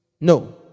no